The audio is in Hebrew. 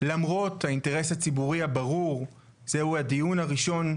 למרות האינטרס הציבורי הברור, זהו הדיון הראשון,